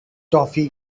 toffee